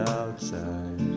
outside